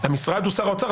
המשרד הוא שר האוצר,